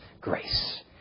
grace